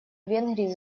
венгрии